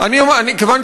הוא רעיון רע.